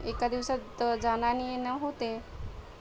एका दिवसात जाणं आणि येणं होते